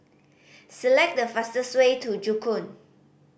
select the fastest way to Joo Koon